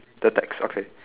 the text okay